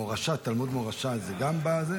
מורשה, תלמוד תורה מורשה זה גם בזה?